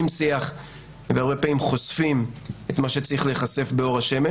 שיח והרבה פעמים חושפים את מה שצריך להיחשף באור השמש